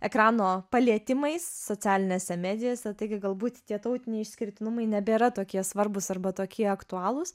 ekrano palietimais socialinėse medijose taigi galbūt tie tautiniai išskirtinumai nebėra tokie svarbūs arba tokie aktualūs